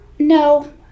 No